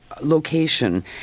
location